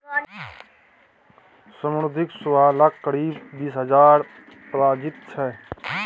समुद्री शैवालक करीब बीस हजार प्रजाति छै